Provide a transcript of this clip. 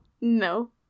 No